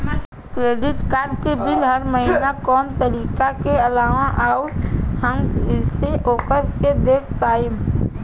Credit card के bill हर महीना कौना तारीक के आवेला और आउर हम कइसे ओकरा के देख पाएम?